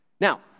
Now